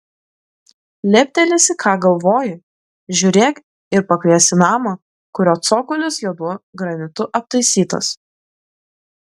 leptelėsi ką galvoji žiūrėk ir pakvies į namą kurio cokolis juodu granitu aptaisytas